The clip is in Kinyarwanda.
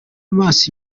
amaso